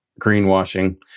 Greenwashing